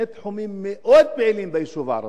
שני תחומים מאוד פעילים ביישוב הערבי,